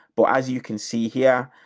but as you can see here,